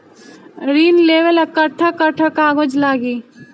ऋण लेवेला कट्ठा कट्ठा कागज लागी?